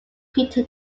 peter